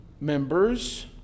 members